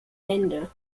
ende